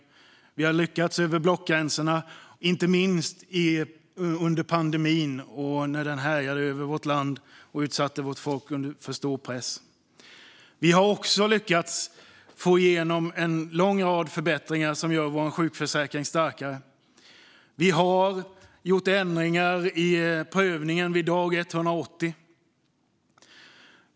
Vi har lyckats enas över blockgränserna, inte minst då pandemin härjade över vårt land och utsatte vårt folk för stor press. Vi har också lyckats få igenom en lång rad förbättringar som gör vår sjukförsäkring starkare. Vi har gjort ändringar i prövningen vid dag 180.